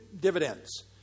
dividends